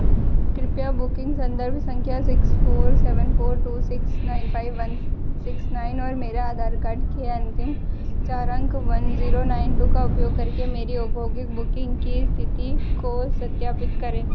कृपया बुकिंग संदर्भ संख्या six four seven four two six nine five one six nine और मेरे आधार कार्ड के अंतिम चार अंक वन जीरो नाइन टू का उपयोग करके मेरी औद्योगिक बुकिंग की स्थिति को सत्यापित करें